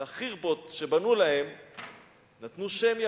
ל"חירבות" שבנו להם נתנו שם יפה,